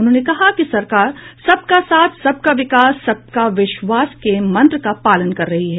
उन्होंने कहा कि सरकार सबका साथ सबका विकास सबका विश्वास के मंत्र का पालन कर रही है